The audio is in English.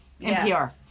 NPR